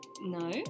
No